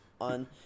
on